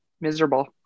miserable